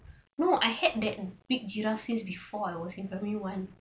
no I had that big giraffe since before I am in primary one